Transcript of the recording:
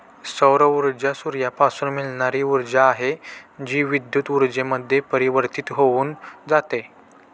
सौर ऊर्जा सूर्यापासून मिळणारी ऊर्जा आहे, जी विद्युत ऊर्जेमध्ये परिवर्तित होऊन जाते